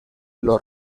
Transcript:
los